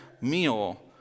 meal